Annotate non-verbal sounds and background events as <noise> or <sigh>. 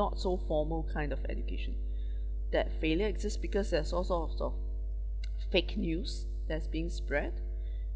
not so formal kind of education <breath> that failure exist because there's all sorts of <noise> fake news that's being spread <breath>